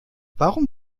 warum